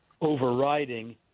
overriding –